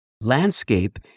landscape